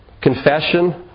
confession